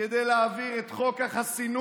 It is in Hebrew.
כדי להעביר את חוק החסינות